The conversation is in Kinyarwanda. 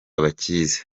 bakizi